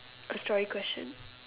a story question